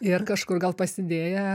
ir kažkur gal pasidėję